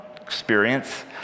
experience